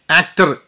actor